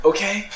Okay